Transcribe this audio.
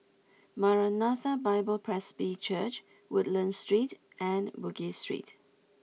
Maranatha Bible Presby Church Woodlands Street and Bugis Street